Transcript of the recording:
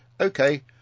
Okay